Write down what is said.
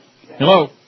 Hello